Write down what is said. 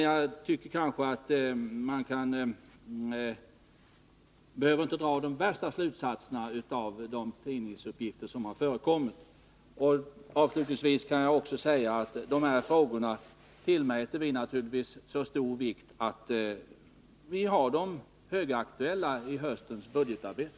Jag tycker kanske att man inte behöver dra de värsta slutsatserna av de tidningsuppgifter som förekommit. Avslutningsvis kan jag också säga att vi tillmäter de här frågorna så stor vikt att vi har dem högaktuella i höstens budgetarbete.